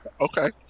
Okay